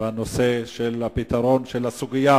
לגבי פתרון סוגיית